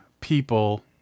people